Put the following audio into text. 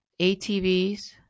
ATVs